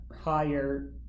higher